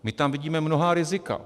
My tam vidíme mnohá rizika.